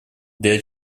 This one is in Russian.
для